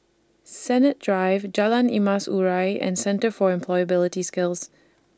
Sennett Drive Jalan Emas Urai and Centre For Employability Skills